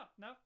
no